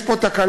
יש פה תקלה,